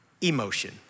emotion